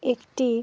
একটি